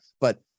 But-